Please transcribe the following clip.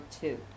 two